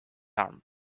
arm